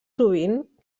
sovint